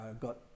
got